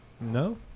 no